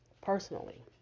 personally